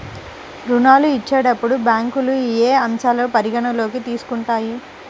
ఋణాలు ఇచ్చేటప్పుడు బ్యాంకులు ఏ అంశాలను పరిగణలోకి తీసుకుంటాయి?